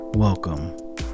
welcome